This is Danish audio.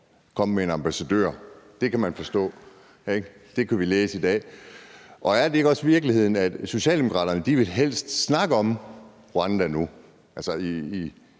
komme med en ambassadør. Det kan man forstå. Det kan vi læse i dag. Er det ikke også virkeligheden, at Socialdemokraterne nu helst vil snakke om Rwanda?